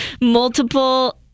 multiple